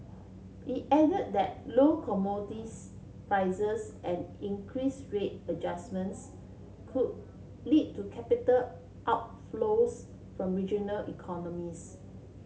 it added that low commodities prices and interest rate adjustments could lead to capital outflows from regional economies